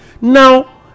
now